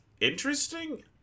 interesting